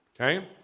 okay